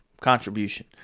contribution